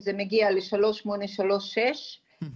זה מגיע לשלושת אלפים שמונה מאות שלושים וששה ליחיד,